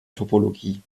topologie